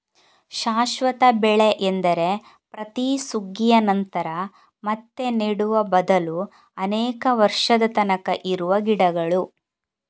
ಶಾಶ್ವತ ಬೆಳೆ ಎಂದರೆ ಪ್ರತಿ ಸುಗ್ಗಿಯ ನಂತರ ಮತ್ತೆ ನೆಡುವ ಬದಲು ಅನೇಕ ವರ್ಷದ ತನಕ ಇರುವ ಗಿಡಗಳು